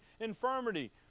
infirmity